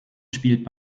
spielt